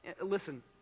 Listen